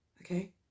Okay